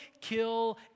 kill